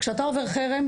כשאתה עובר חרם,